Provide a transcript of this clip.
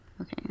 Okay